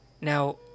Now